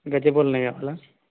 గచ్చిబౌలిలోనే కావాలా